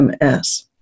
MS